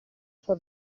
sua